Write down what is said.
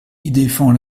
défend